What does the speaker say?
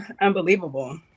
Unbelievable